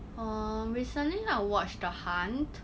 err recently I watched the hunt